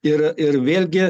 ir ir vėlgi